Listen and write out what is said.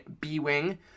B-Wing